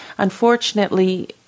Unfortunately